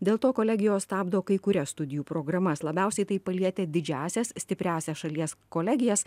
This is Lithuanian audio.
dėl to kolegijos stabdo kai kurias studijų programas labiausiai tai palietė didžiąsias stipriąsiąs šalies kolegijas